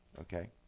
Okay